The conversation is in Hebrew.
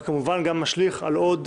אבל כמובן שמשליך גם על עוד דברים,